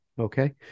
Okay